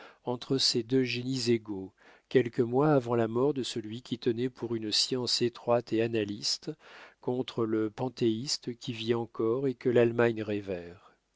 entre ces deux génies égaux quelques mois avant la mort de celui qui tenait pour une science étroite et analyste contre le panthéiste qui vit encore et que l'allemagne